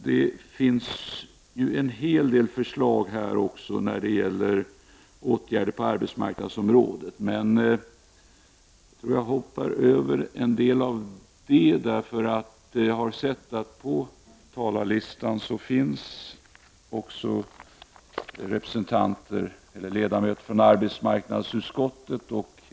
Det finns en hel del förslag när det gäller åtgärder på arbetsmarknadsområdet, men jag hoppar över en del av dem. På talarlistan finns representanter från arbetsmarknadsutskottet uppsatta.